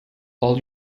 all